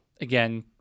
Again